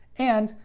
and,